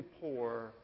poor